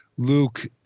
Luke